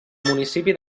municipi